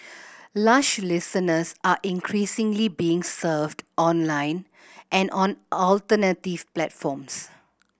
lush listeners are increasingly being served online and on alternative platforms